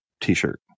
t-shirt